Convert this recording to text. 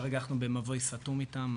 כרגע אנחנו במבוי סתום איתן,